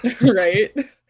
right